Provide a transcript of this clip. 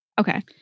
Okay